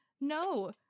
No